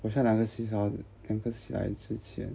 我需要两个两个起来之前